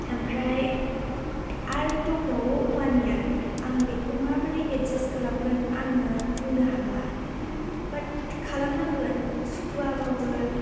ओमफ्राय आर दंबावो वान यार आं बेखौ माबोरै एडजाष्ट खालामगोन आङो बुंनो हाला बात खालामनांगोन सुखुवाबाबो